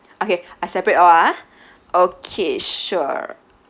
okay I separate all ah okay sure